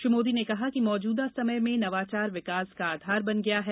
श्री मोदी ने कहा कि मौजूदा समय में नवाचार विकास का आधार बन गया है